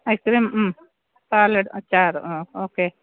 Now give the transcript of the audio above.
ice cream മ് salad അചാറ് ആ ഓക്കെ